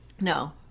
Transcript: No